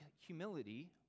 humility